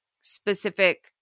specific